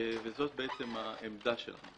וזו עמדתנו.